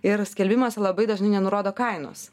ir skelbimuose labai dažnai nenurodo kainos